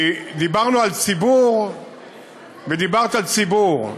כי דיברנו על ציבור ודיברת על ציבור.